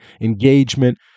engagement